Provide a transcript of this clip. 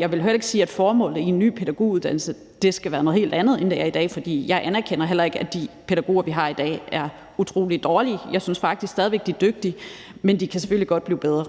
Jeg vil ikke sige, at formålet med en ny pædagoguddannelse skal være noget helt andet, end det er i dag, for jeg anerkender heller ikke, at de pædagoger, vi har i dag, er utrolig dårlige. Jeg synes faktisk, de er dygtige, men de kan selvfølgelig godt blive bedre.